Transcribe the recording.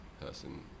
person